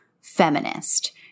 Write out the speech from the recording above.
feminist